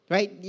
Right